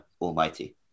almighty